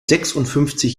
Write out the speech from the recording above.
sechsundfünfzig